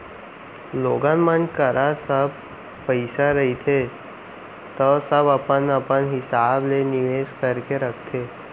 लोगन मन करा जब पइसा रहिथे तव सब अपन अपन हिसाब ले निवेस करके रखथे